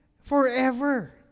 forever